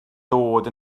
dod